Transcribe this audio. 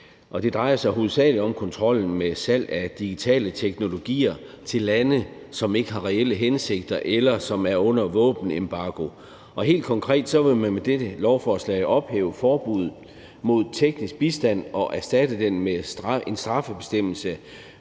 Det drejer sig hovedsagelig om kontrollen med salg af digitale teknologier til lande, som ikke har reelle hensigter, eller som er under våbenembargo. Helt konkret vil man med dette lovforslag ophæve forbuddet mod teknisk bistand og erstatte det med en straffebestemmelse